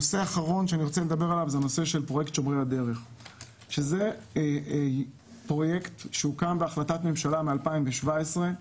פרויקט שומרי הדרך - זהו פרויקט שהוקם בהחלטת ממשלה מ-2017.